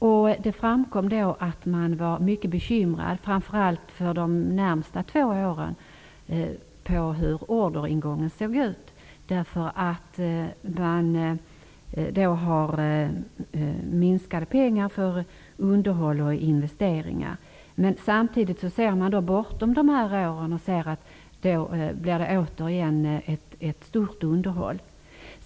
Vid det besöket framkom att man var mycket bekymrad över orderingångens utseende, framför allt för de närmaste två åren, därför att man har minskade medel för både underhåll och investeringar. Samtidigt ser man, bortom de här åren, ett stort underhåll.